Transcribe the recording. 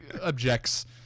objects